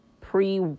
pre